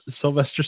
Sylvester